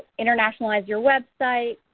internationalize your web site,